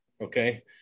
Okay